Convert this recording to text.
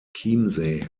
chiemsee